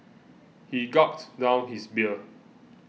he gulped down his beer